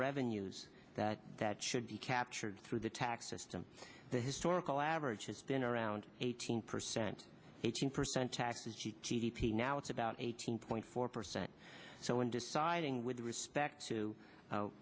revenues that that should be captured through the tax system the historical average has been around eighteen percent eighteen percent tax proceeds g d p now it's about eighteen point four percent so in deciding with respect to